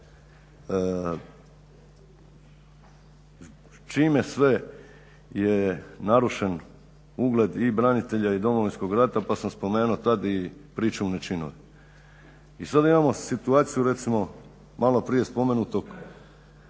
čime sve je narušen ugled i branitelja i Domovinskog rata, pa sam spomenuo tad i pričuvne činove. I sad imamo situaciju recimo malo prije spomenutog